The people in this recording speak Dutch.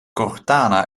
cortana